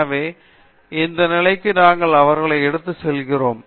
எனவே இந்த நிலைக்கு நாங்கள் அவர்களை எடுத்து செல்கிறோம்